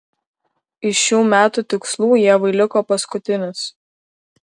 iš šių metų tikslų ievai liko paskutinis